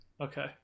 Okay